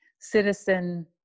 citizen